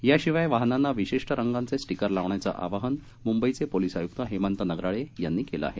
याशिवाय वाहनांना विशिष्ट रंगांचे स्टिकर लावण्याचे आवाहन मुंबई पोलिस आयुक्त हेमंत नगराळे यांनी केले आहे